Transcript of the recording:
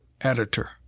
Editor